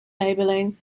labeling